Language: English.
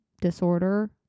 disorder